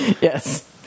Yes